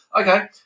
Okay